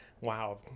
wow